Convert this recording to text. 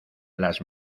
las